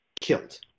killed